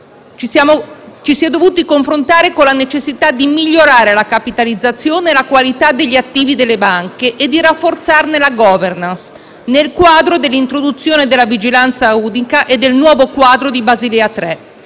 Ci si è dovuti confrontare con la necessità di migliorare la capitalizzazione e la qualità degli attivi delle banche e di rafforzarne la *governance*, nel quadro dell'introduzione della vigilanza unica e nel nuovo quadro dell'Accordo